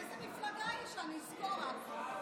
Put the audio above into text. לפני שנעבור הלאה בסדר-היום,